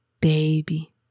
baby